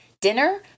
dinner